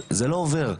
זה לא עובד,